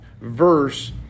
verse